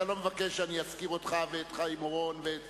אתה לא מבקש שאני אזכיר אותך ואת חיים אורון ואת